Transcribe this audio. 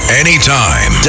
anytime